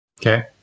Okay